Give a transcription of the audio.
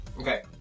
Okay